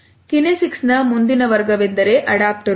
kinesics ನ ಮುಂದಿನ ವರ್ಗವೆಂದರೆ ಅಡಾಪ್ಟರುಗಳನ್ನು